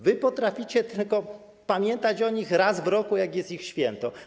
Wy potraficie tylko pamiętać o nich raz w roku, jak jest ich święto.